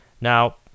now